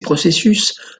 processus